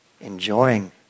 enjoying